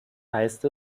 heißt